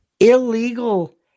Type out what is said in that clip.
Illegal